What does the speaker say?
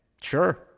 sure